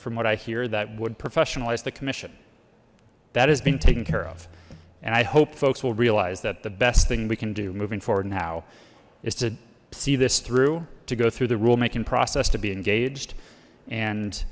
from what i hear that would professionalize the commission that has been taken care of and i hope folks will realize that the best thing we can do moving forward now is to see this through to go through the rulemaking process to be engaged and